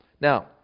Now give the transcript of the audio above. Now